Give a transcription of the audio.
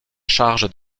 charge